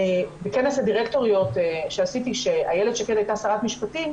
בכנס הדירקטוריות שעשיתי כשאיילת שקד הייתה שרת משפטים,